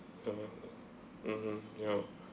ya mmhmm yup